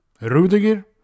Rudiger